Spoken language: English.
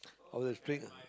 all the string